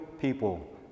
people